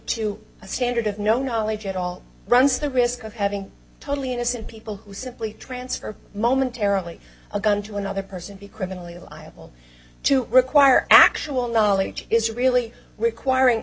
to a standard of no knowledge at all runs the risk of having totally innocent people who simply transfer momentarily a gun to another person be criminally liable to require actual knowledge is really requiring